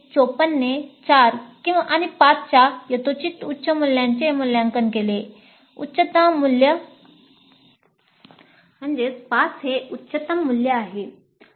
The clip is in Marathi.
54 ने 4 आणि 5 च्या यथोचित उच्च मूल्याचे मूल्यांकन केले 5 हे उच्चतम मूल्य आहे